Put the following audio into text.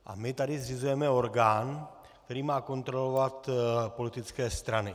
A my tady zřizujeme orgán, který má kontrolovat politické strany.